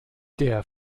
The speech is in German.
der